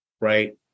Right